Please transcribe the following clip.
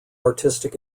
artistic